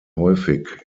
häufig